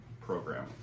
program